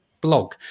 blog